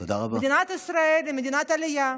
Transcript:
מדינת ישראל היא מדינת עלייה,